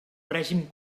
règim